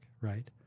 right